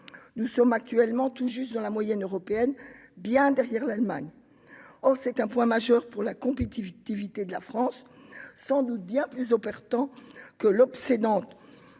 Nous sommes actuellement tout juste dans la moyenne européenne, bien loin derrière l'Allemagne. C'est pourtant un point majeur pour la compétitivité de la France, sans doute bien plus important que l'obsédante